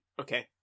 Okay